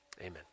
Amen